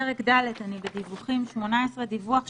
דיווח שירות18.